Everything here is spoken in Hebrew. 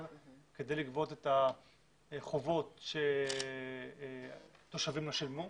כדי לגבות את החובות שתושבים לא שילמו.